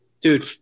Dude